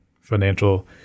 financial